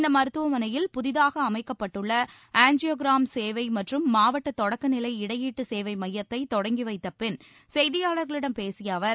இந்த மருத்துவமனையில் புதிதாக அமைக்கப்பட்டுள்ள ஆஞ்சியோகிராம் சேவை மற்றும் மாவட்ட தொடக்க நிலை இடையீட்டு சேவை மையத்தை தொடங்கி வைத்தப் பின் செய்தியாளர்களிடம் பேசிய அவர்